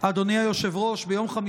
חבר הכנסת קריב.